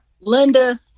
Linda